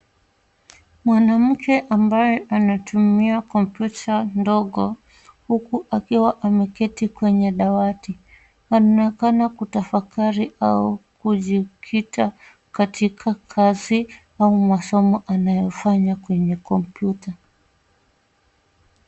Mwanamke ambaye anatumia kompyuta ndogo huku akiwa ameketi kwenye dawati .Anaonekana kutafakari au kujikita katika kazi au masomo anayofanya kwenye kompyuta.